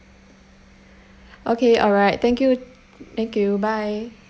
okay alright thank you thank you bye